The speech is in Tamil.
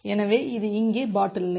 எனவே இது இங்கே பாட்டில்நெக்